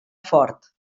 fort